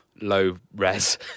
low-res